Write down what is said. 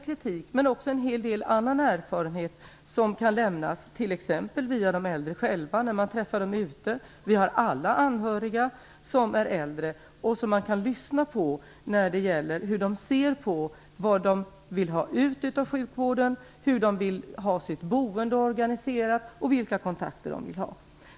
Man kan också få del av annan erfarenhet, t.ex. via de äldre själva, som man träffar. Vi har alla anhöriga som är äldre och som man kan lyssna på. Då kan man få höra vad de vill ha ut av sjukvården, hur de vill ha sitt boende organiserat och vilka kontakter de vill ha.